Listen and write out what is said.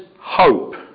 hope